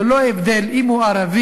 ללא הבדל אם הוא ערבי,